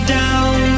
down